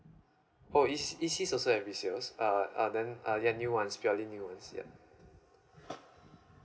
oh E~ E_C also have V_C_O uh uh then uh the new one purely new ones yup hmm